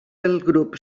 grup